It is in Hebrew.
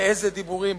ואיזה דיבורים.